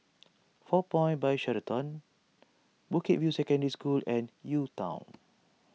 four Points By Sheraton Bukit View Secondary School and UTown